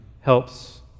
helps